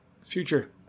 future